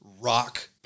rock